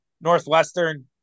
Northwestern